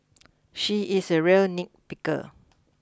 she is a real nitpicker